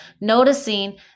noticing